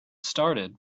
started